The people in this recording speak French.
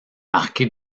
marqué